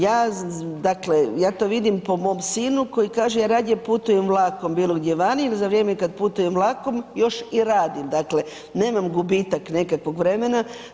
Ja dakle, ja to vidim po mom sinu kaže ja radije putujem vlakom bilo gdje vani jer za vrijeme kad putujem vlakom još i radim, dakle nemam gubitak nekakvog vremena.